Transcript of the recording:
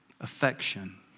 affection